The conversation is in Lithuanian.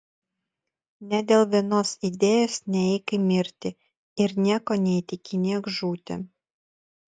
nė dėl vienos idėjos neik į mirtį ir nieko neįtikinėk žūti